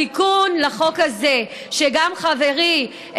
התיקון לחוק הזה, שגם חברי,